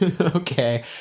Okay